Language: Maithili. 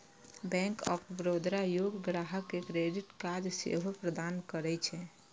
बैंक ऑफ बड़ौदा योग्य ग्राहक कें क्रेडिट कार्ड सेहो प्रदान करै छै